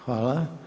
Hvala.